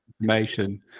information